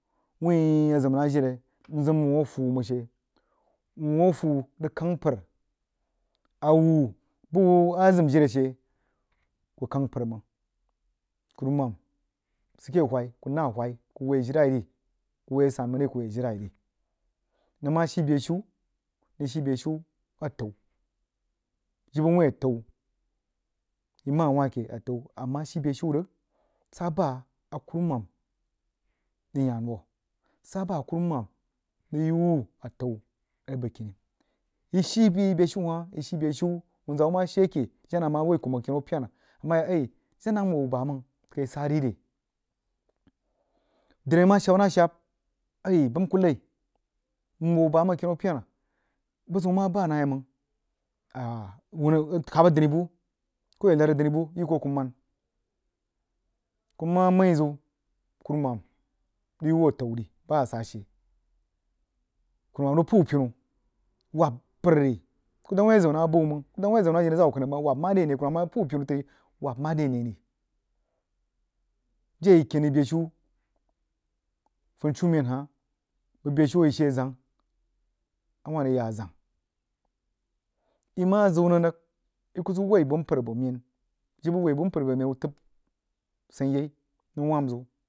Wurin a zəm nah jire nzəm wah a fuh wuh mang she uhha fuh whh rig kang npən a uhh buh wuhh a zəm jire she kub kang npər mang kunu mam sid ke whai kuh nah whai kuh nah whai kuh woi jiri ajilai kuh woi sanmang ri nwho asanmang ri nəng mah shii beshiu abəg shii beshu ata’u jibə wu’in atə’u yi mah she wahke atəu nəng mah shii beshu rig sah bah a kuruman rig yan wuh sah bah a kuruman rig uhh atə’u a re bəgkini yi shii bəí yi beshu hch yii shii beshuiata’u uhnzah uunzah mah she keh gen-hah a mah woi kuh mang kəmu pyena nmah yi jensh nwoi uuh bayaniamgn kai sah ri re drie mah shabba nah shab a yab bəm kuh lai nwoi wuh bayaimang kinnau pyena buhiun mah bamang khab adəni buh kuh yah lad adinə buh yi kuh a kuh maan kuh mah məi ziu kurumam rig yi wah atə’u ri bah a sah she kuruman puuh wuh pinu waab npər ri kuh dang le wuin a zəm nah bih wuh mang kənəng bih kuruman mah puh wah pinu tri a yi mare ane re jie yi ken nəng beshiu funshela hah bəg beshiu a yi shii zang a wah rig yah zəng yi mch zin nang rig yi kul səg uwi bəg npər boo ma mang jibə wuin woi npər bo me wuh təb sein yai muh wahn zəu.